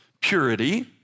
purity